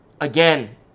again